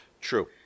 True